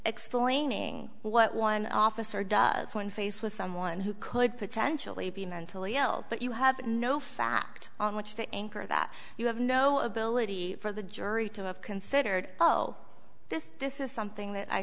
explaining what one officer does when faced with someone who could potentially be mentally ill but you have no fact on which to anchor that you have no ability for the jury to have considered oh this this is something that i